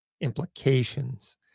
implications